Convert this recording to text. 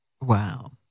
Wow